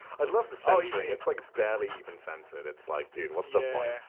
i love the censoring it's like barely even censored. it's like, dude, what's the point?